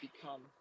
become